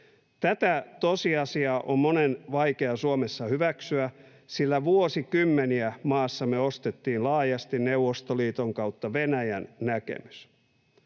Tätä tosiasiaa on monen vaikea Suomessa hyväksyä, sillä vuosikymmeniä maassamme ostettiin laajasti Neuvostoliiton/Venäjän näkemys.